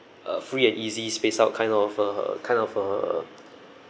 uh free and easy spaced out kind of uh kind of uh